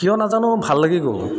কিয় নাজানো ভাল লাগি গ'ল